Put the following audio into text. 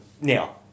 now